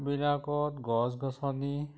বিলাকত গছ গছনি